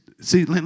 see